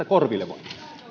korville vain